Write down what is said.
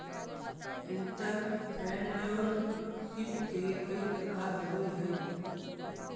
entrepreneurship के कई प्रकार होवऽ हई